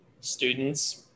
students